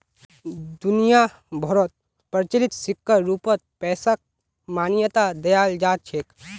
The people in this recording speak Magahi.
दुनिया भरोत प्रचलित सिक्कर रूपत पैसाक मान्यता दयाल जा छेक